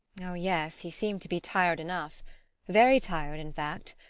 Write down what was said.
oh, yes, he seemed to be tired enough very tired, in fact.